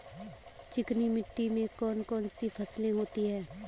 चिकनी मिट्टी में कौन कौन सी फसलें होती हैं?